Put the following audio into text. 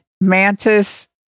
Mantis